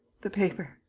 the paper.